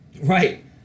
Right